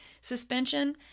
Suspension